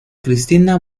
cristina